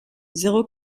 zéro